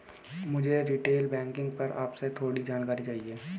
मुझे retail banking पर आपसे थोड़ी जानकारी चाहिए